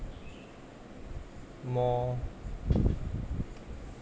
more